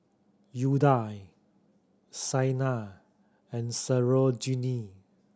udai Saina and Sarojini